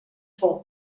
fou